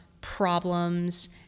problems